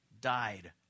died